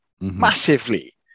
Massively